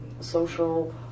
social